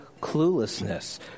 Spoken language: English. cluelessness